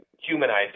humanizing